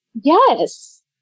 Yes